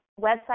website